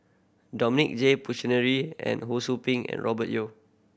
Dominic J Puthucheary and Ho Sou Ping and Robert Yeo